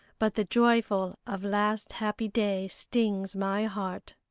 but the joyful of last happy day stings my heart.